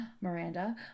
Miranda